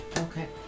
Okay